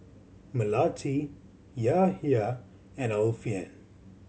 Melati Yahya and Alfian